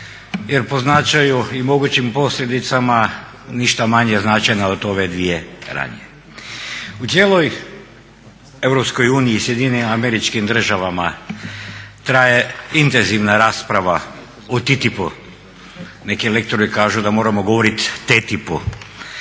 jer po značaju i mogućim posljedicama ništa manje značajna od ove dvije ranije. U cijeloj Europskoj uniji, SAD-u traje intenzivna rasprava o TTIP-u, neki elektori kažu da moramo govoriti tetipu,